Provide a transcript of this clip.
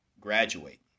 graduate